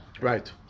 right